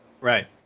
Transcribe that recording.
Right